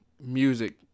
music